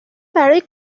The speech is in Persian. برای